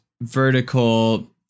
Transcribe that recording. vertical